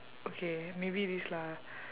okay maybe this lah